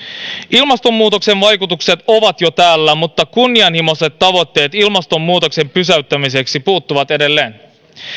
ilmastonmuutoksen vaikutukset ovat jo täällä mutta kunnianhimoiset tavoitteet ilmastonmuutoksen pysäyttämiseksi puuttuvat edelleen